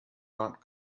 not